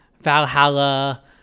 Valhalla